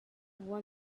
won